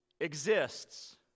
exists